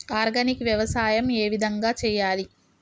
Organic వ్యవసాయం ఏ విధంగా చేయాలి?